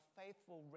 faithful